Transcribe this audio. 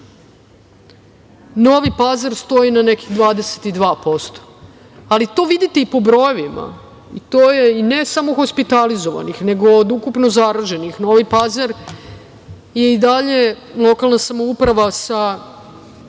Novi Pazar stoji na nekih 22%, ali to vidite i po brojevima i ne samo hospitalizovanih, nego od ukupno zaraženih. Novi Pazar je i dalje lokalna samouprava sa